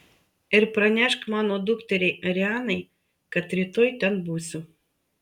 ir pranešk mano dukteriai arianai kad rytoj ten būsiu